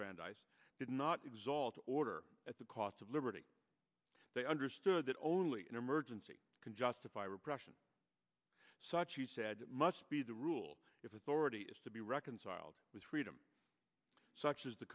brandeis did not exalt order at the cost of liberty they understood that only an emergency can justify repression such he said must be the rule if authority is to be reconciled with freedom such as the